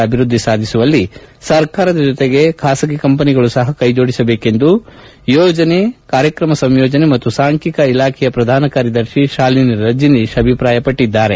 ಅಭಿದೃದ್ದಿ ಸಾಧಿಸುವಲ್ಲಿ ಸರ್ಕಾರದ ಜೊತೆಗೆ ಖಾಸಗಿ ಕಂಪನಿಗಳು ಸಹ ಕೈ ಜೋಡಿಸಬೇಕೆಂದು ಯೋಜನೆ ಕಾರ್ಯಕ್ರಮ ಸಂಯೋಜನೆ ಮತ್ತು ಸಾಂಖ್ಯಿಕ ಇಲಾಖೆ ಪ್ರಧಾನ ಕಾರ್ಯದರ್ಶಿ ಶಾಲಿನಿ ರಜನೀಶ್ ಅಭಿಪ್ರಾಯಪಟ್ಟಿದ್ದಾರೆ